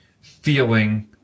feeling